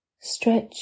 stretch